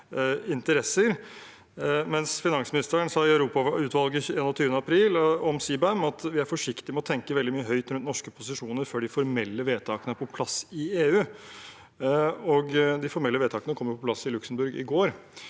mens finansministeren sa i Europautvalget den 21. april, om CBAM, at vi er forsiktige med å tenke veldig mye høyt rundt norske posisjoner før de formelle vedtakene er på plass i EU. De formelle vedtakene kom på plass i Luxembourg i går